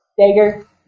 Dagger